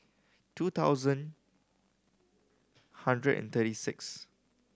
two thousand hundred and thirty six